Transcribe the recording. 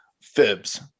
Fibs